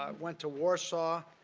um went to warsaw,